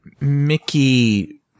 Mickey